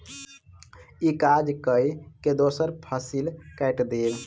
ई काज कय के दोसर फसिल कैट देब